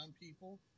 people